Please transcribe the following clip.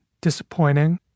disappointing